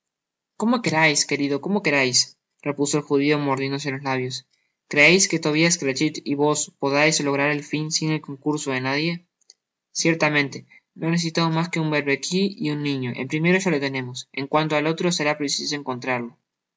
cómo querais querido como querais repuso el judio mordiéndose los labios creeis que tobias crachit y vos podais lograr el fin sin el concurso de nadie ciertamente no necesitamos mas que un berbiqui y un niño el primero ya le tenemos en cuanto al otro será preciso encontrarlo